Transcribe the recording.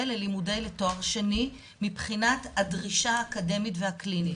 לימודים לתואר שני מבחינת הדרישה האקדמית והקלינית.